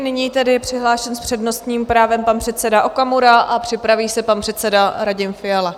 Nyní tedy je přihlášen s přednostním právem pan předseda Okamura a připraví se pan předseda Radim Fiala.